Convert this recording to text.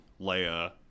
Leia